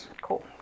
Cool